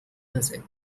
music